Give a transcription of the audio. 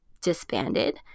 disbanded